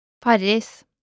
Paris